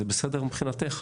זה בסדר מבחינתך?